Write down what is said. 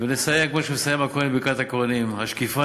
ונסיים כמו שמסיים הכוהן בברכת הכוהנים: "השקיפה